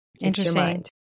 Interesting